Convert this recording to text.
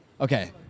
Okay